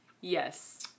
yes